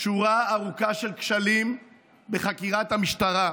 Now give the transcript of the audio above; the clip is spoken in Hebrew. שורה ארוכה של כשלים בחקירת המשטרה.